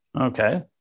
Okay